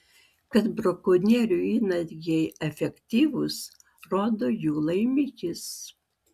kad brakonierių įnagiai efektyvūs rodo jų laimikis